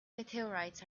meteorites